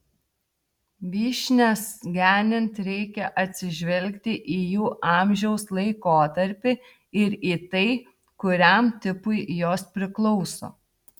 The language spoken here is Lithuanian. vyšnias genint reikia atsižvelgti į jų amžiaus laikotarpį ir į tai kuriam tipui jos priklauso